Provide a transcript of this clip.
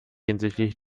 hinsichtlich